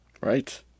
Right